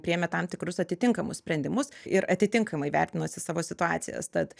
priėmė tam tikrus atitinkamus sprendimus ir atitinkamai vertinosi savo situacijas tad